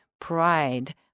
pride